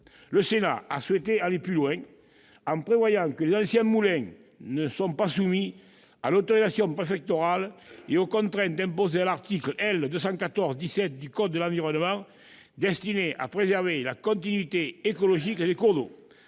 Le Sénat a souhaité aller plus loin, en proposant que les anciens moulins ne soient pas soumis à l'autorisation préfectorale et aux contraintes imposées à l'article L. 214-17 du code de l'environnement et destinées à préserver la continuité écologique des cours d'eau.